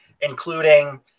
including